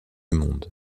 monde